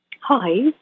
Hi